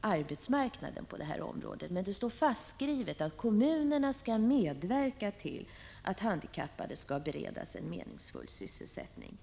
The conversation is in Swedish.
arbetsmarknaden på det här området, men det är fastslaget att kommunerna skall medverka till att handikappade bereds meningsfull sysselsättning.